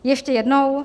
Ještě jednou.